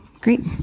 great